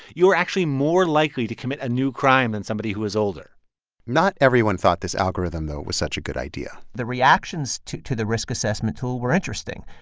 you're actually more likely to commit a new crime than and somebody who is older not everyone thought this algorithm, though, was such a good idea the reactions to to the risk assessment tool were interesting.